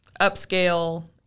upscale